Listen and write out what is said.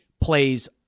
plays